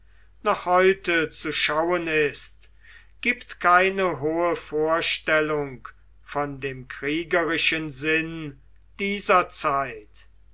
noch heute zu schauen ist gibt keine hohe vorstellung von dem kriegerischen sinn dieser zeit